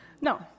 No